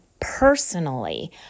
personally